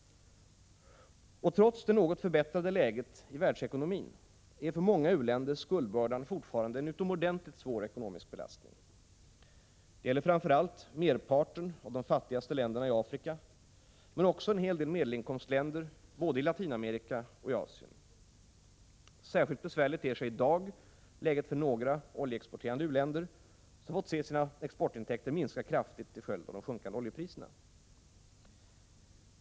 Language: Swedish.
Trots det något förbättrade läget i världsekonomin är för många u-länder skuldbördan fortfarande en utomordentligt svår ekonomisk belastning. Det gäller framför allt merparten av de fattigaste länderna i Afrika, men också en hel del medelinkomstländer både i Latinamerika och i Asien. Särskilt besvärligt ter sig i dag läget för några oljeexporterande u-länder, som fått se sina exportintäkter minska kraftigt som följd av de sjunkande oljepriserna.